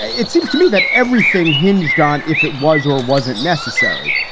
ah it seems to me that everything hinged on if it was or wasn't necessary.